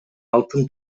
алтын